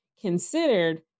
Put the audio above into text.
considered